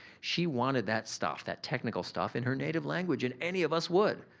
she wanted that stuff, that technical stuff in her native language and any of us would.